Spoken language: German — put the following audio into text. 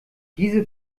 diese